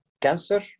cancer